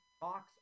box